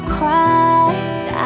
Christ